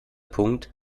punkt